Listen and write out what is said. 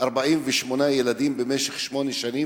48 ילדים במשך שמונה שנים,